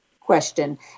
question